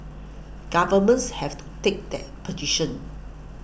governments have to take that position